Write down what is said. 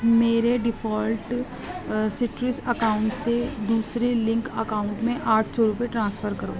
میرے ڈیفالٹ سٹرس اکاؤنٹ سے دوسرے لینک اکاؤنٹ میں آٹھ سو روپئے ٹرانسفر کرو